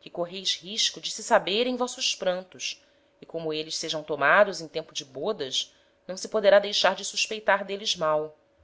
que correis risco de se saberem vossos prantos e como êles sejam tomados em tempo de bodas não se poderá deixar de suspeitar d'eles mal